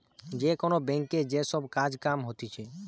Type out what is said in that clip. যে কোন ব্যাংকে যে সব কাজ কাম হতিছে